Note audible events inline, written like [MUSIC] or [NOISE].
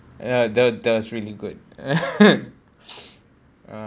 ya that that was really good [LAUGHS]